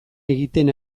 egiten